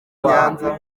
nyanza